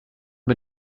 mit